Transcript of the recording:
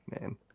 man